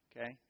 Okay